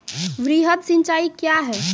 वृहद सिंचाई कया हैं?